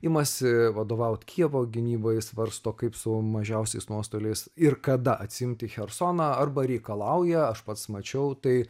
imasi vadovauti kijevo gynybai svarsto kaip su mažiausiais nuostoliais ir kada atsiimti chersoną arba reikalauja aš pats mačiau tai